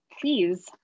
please